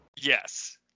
Yes